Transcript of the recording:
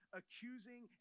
accusing